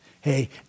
hey